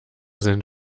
sind